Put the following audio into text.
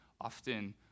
often